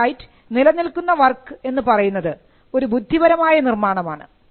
copyright നിലനിൽക്കുന്ന work എന്ന് പറയുന്നത് ഒരു ബുദ്ധിപരമായ നിർമ്മാണമാണ്